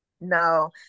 No